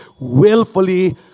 willfully